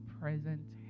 present